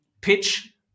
pitch